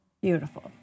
Beautiful